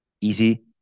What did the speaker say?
easy